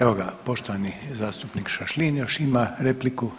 Evo ga poštovani zastupnik Šašlin još ima repliku.